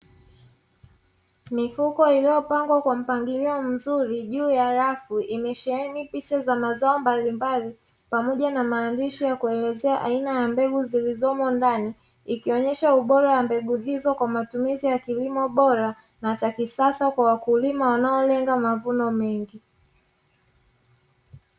Mifuko iliyopangwa kwa mpangilio mzuri juu ya rafu imesheheni picha za mazao mbalimbali pamoja na maandishi ya kuelezea aina ya mbegu zilizomo ndani, ikionyesha ubora wa mbegu hizo kwa matumizi ya kilimo bora na cha kisasa kwa wakulima wanaolenga mavuno mengi.